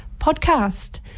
podcast